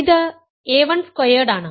ഇത് a 1 squared ആണ്